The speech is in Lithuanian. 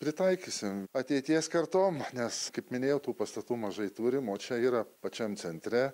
pritaikysim ateities kartoms nes kaip minėjau tų pastatų mažai turim čia yra pačiam centre